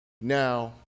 Now